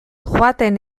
joaten